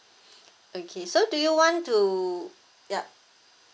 okay so do you want to ya